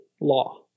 law